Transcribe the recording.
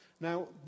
Now